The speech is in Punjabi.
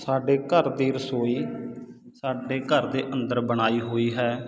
ਸਾਡੇ ਘਰ ਦੀ ਰਸੋਈ ਸਾਡੇ ਘਰ ਦੇ ਅੰਦਰ ਬਣਾਈ ਹੋਈ ਹੈ